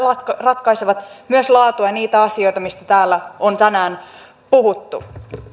ratkaisevat myös sisältöä laatua ja niitä asioita mistä täällä on tänään puhuttu